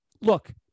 look